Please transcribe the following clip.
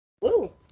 Woo